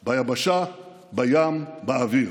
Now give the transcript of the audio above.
ביבשה, בים, באוויר.